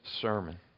sermon